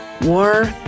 War